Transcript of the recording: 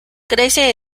crece